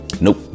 Nope